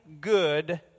good